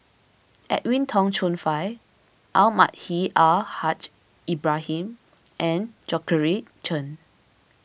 Edwin Tong Chun Fai Almahdi Al Haj Ibrahim and Georgette Chen